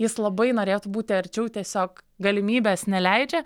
jis labai norėtų būti arčiau tiesiog galimybės neleidžia